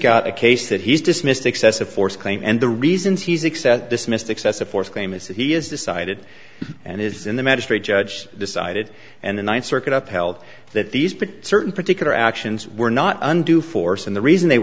got a case that he's dismissed excessive force claim and the reasons he's except dismissed excessive force claim is that he has decided and is in the magistrate judge decided and the ninth circuit up held that these put certain particular actions were not undue force and the reason they